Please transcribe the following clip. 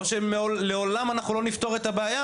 או שלעולם אנחנו לא נפתור את הבעיה,